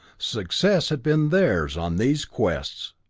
success had been theirs on these quests.